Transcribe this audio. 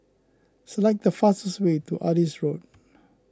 select the fastest way to Adis Road